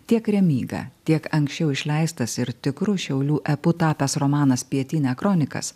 tiek remyga tiek anksčiau išleistas ir tikru šiaulių epu tapęs romanas pietinia kronikas